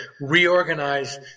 reorganize